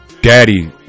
daddy